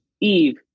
Eve